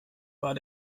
war